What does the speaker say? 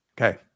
Okay